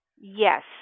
Yes